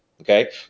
Okay